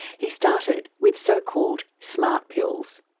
he started with so called smart pills.